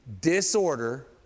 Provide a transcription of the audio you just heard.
disorder